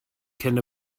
cyn